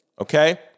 Okay